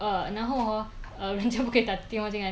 爸爸讲爸爸不可以打电话进来 hor